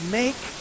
make